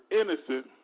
innocent